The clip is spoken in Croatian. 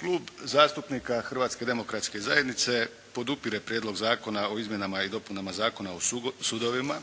Klub zastupnika Hrvatske demokratske zajednice podupire Prijedlog zakona o izmjenama i dopunama Zakona o sudovima,